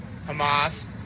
Hamas